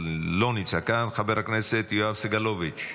לא נמצא כאן, כאן חבר הכנסת יואב סגלוביץ'.